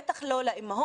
בטח לא לאימהות,